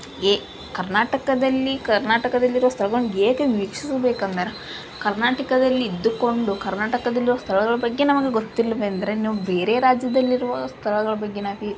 ಹೀಗೆ ಕರ್ನಾಟಕದಲ್ಲಿ ಕರ್ನಾಟಕದಲ್ಲಿರುವ ಸ್ಥಳಗಳನ್ನು ಏಕೆ ವೀಕ್ಷಿಸಬೇಕೆಂದರೆ ಕರ್ನಾಟಕದಲ್ಲಿದ್ದುಕೊಂಡು ಕರ್ನಾಟಕದಲ್ಲಿರುವ ಸ್ಥಳಗಳ ಬಗ್ಗೆ ನಮಗೆ ಗೊತ್ತಿಲ್ಲವೆಂದರೆ ಇನ್ನು ಬೇರೆ ರಾಜ್ಯದಲ್ಲಿರುವ ಸ್ಥಳಗಳ ಬಗ್ಗೆ ನಾವು ಹೇಗೆ